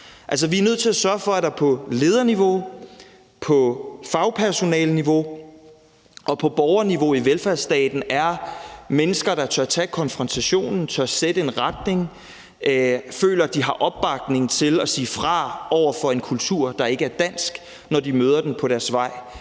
Vi er nødt til at sørge for, at der på lederniveau, på fagpersonaleniveau og på borgerniveau i velfærdsstaten er mennesker, der tør tage konfrontationen og tør sætte en retning, og som føler, at de har opbakning til at sige fra over for en kultur, der ikke er dansk, når de møder den på deres vej